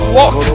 walk